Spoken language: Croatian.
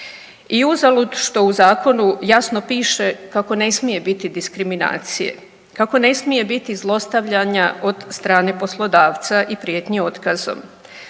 I uzalud što u zakonu jasno piše kako ne smije biti diskriminacije, kako ne smije biti zlostavljanja od strane poslodavca i prijetnji otkazom.